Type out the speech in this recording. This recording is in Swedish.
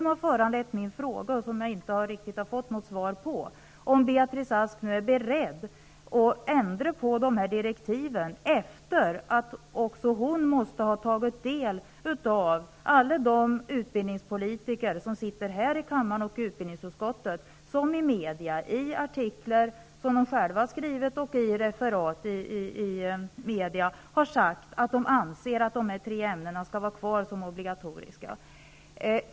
Det har föranlett min fråga, och det har jag inte riktigt fått något svar på: Är Beatrice Ask nu beredd att ändra på direktiven, efter det att också hon måste ha tagit del av att alla de utbildningspolitiker som sitter här i kammaren i artiklar som de själva har skrivit och enligt referat i media har uttalat att de anser att de här tre ämnena skall finnas kvar som obligatoriska ämnen?